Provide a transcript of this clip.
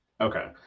Okay